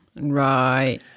Right